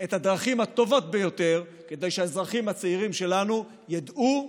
את הדרכים הטובות ביותר כדי שהאזרחים הצעירים שלנו ידעו,